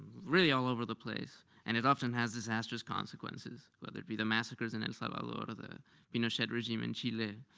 really all over the place, and it often has disastrous consequences, whether it be the massacres in el so salvador or the pinochet regime in chile.